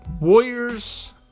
Warriors